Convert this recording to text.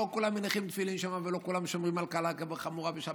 לא כולם מניחים תפילין שם ולא כולם שומרים על קלה כבחמורה בשבת,